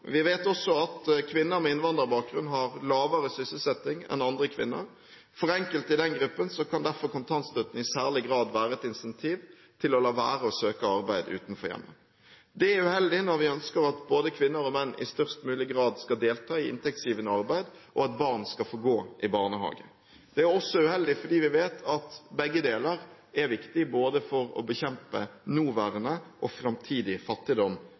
Vi vet også at kvinner med innvandrerbakgrunn har lavere sysselsetting enn andre kvinner. For enkelte i den gruppen kan derfor kontantstøtten i særlig grad være et incentiv til å la være å søke arbeid utenfor hjemmet. Det er uheldig når vi ønsker at både kvinner og menn i størst mulig grad skal delta i inntektsgivende arbeid, og at barn skal få gå i barnehage. Det er også uheldig fordi vi vet at begge deler er viktig for å bekjempe både nåværende og framtidig fattigdom